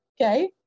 Okay